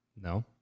No